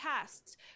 tests